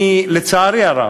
לצערי הרב,